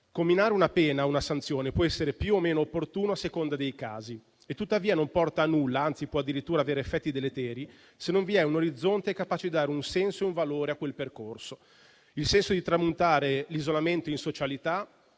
Comminare una pena o una sanzione può essere più o meno opportuno, a seconda dei casi; tuttavia, non porta a nulla e, anzi, può addirittura avere effetti deleteri se non vi è un orizzonte capace di dare un senso e un valore a quel percorso: il senso di tramutare l'isolamento in socialità,